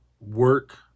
work